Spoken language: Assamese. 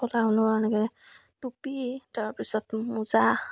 ফলা ঊলৰ এনেকৈ টুপি তাৰপিছত মোজা